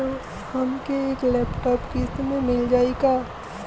हमके एक लैपटॉप किस्त मे मिल जाई का?